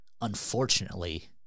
unfortunately